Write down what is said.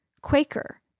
Quaker